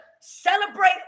celebrate